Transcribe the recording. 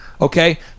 okay